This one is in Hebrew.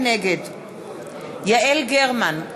נגד יעל גרמן,